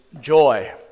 joy